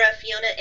fiona